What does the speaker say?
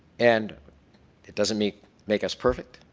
and it doesn't make make us perfect.